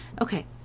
Okay